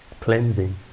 cleansing